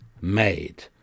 made